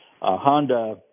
Honda